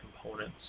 components